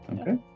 Okay